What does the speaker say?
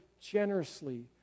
generously